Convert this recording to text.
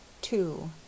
Two